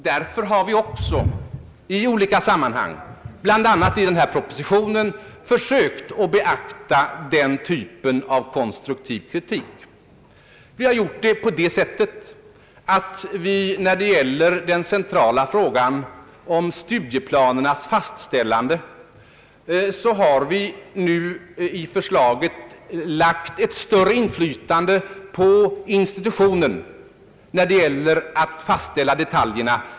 Därför har vi också i olika sammanhang, bl.a. i denna proposition, försökt beakta den typen av konstruktiv kritik. I den centrala frågan om studieplanernas fastställande har vi i förslaget lagt ett större inflytande hos institutionen när det gäller att fastställa detaljerna.